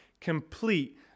complete